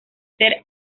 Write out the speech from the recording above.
ser